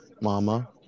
Mama